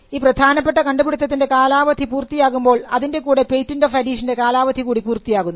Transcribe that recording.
ഈ പ്രധാനപ്പെട്ട കണ്ടുപിടിത്തത്തിൻറെ കാലാവധി പൂർത്തിയാകുമ്പോൾ അതിൻറെ കൂടെ പേറ്റന്റ് ഓഫ് അഡീഷന്റെ കാലാവധി കൂടി പൂർത്തിയാകുന്നു